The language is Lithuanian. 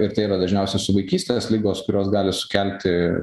ir tai yra dažniausia su vaikystės ligos kurios gali sukelti